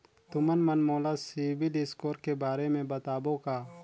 तुमन मन मोला सीबिल स्कोर के बारे म बताबो का?